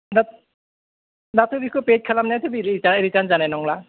दा दाथ' बेखौ पैद खालामनायाथ' बे रितार्न जानाय नंला